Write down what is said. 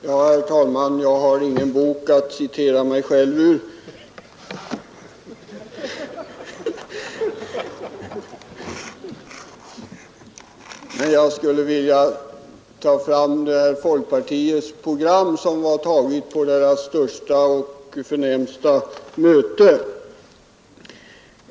Herr talman! Jag har ingen bok att citera mig själv ur, men jag skulle kunna åberopa folkpartiets program som antogs på partiets största och förnämsta möte som herr Ahlmark uttryckte det.